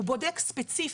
הוא בודק ספציפית.